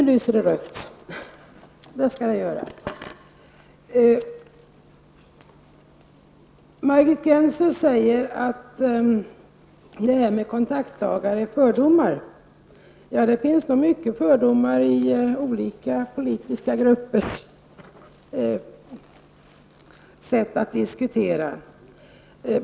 Herr talman! Margit Gennser säger att det jag sade om kontaktdagar är fördomar. Ja, det finns nog mycket fördomar i olika politiska gruppers sätt att diskutera.